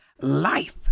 life